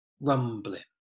rumbling